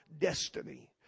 destiny